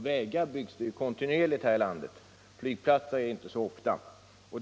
Vägar byggs det kontinuerligt här i landet, flygplatser däremot inte så ofta.